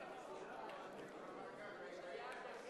להסיר מסדר-היום את הצעת חוק חינוך ממלכתי (תיקון,